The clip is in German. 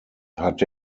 hat